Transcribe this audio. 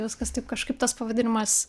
viskas taip kažkaip tas pavadinimas